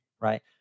Right